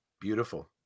beautiful